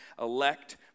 elect